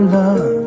love